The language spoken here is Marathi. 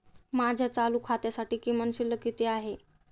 माझ्या चालू खात्यासाठी किमान शिल्लक किती आहे?